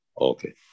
okay